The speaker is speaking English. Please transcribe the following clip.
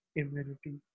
immunity